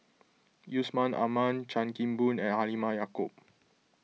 Yusman Aman Chan Kim Boon and Halimah Yacob